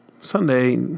Sunday